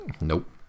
Nope